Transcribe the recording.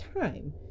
time